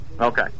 Okay